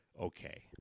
okay